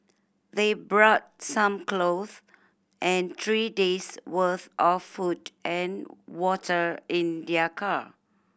they brought some clothes and three day's worth of food and water in their car